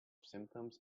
symptoms